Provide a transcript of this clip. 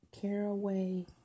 caraway